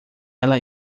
ela